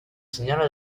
signora